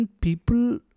people